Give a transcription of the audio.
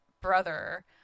brother